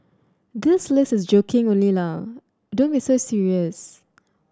this list is joking only ah don't be so serious